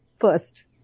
first